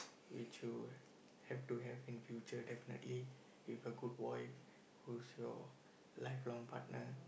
which you will have to have in future definitely is a good wife whose your life long partner